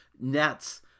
nets